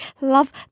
love